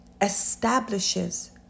establishes